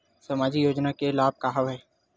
सामाजिक योजना के का का लाभ हवय?